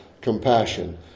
compassion